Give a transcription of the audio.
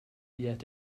yet